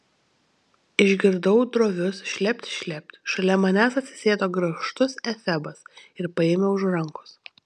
išgirdau drovius šlept šlept šalia manęs atsisėdo grakštus efebas ir paėmė už rankos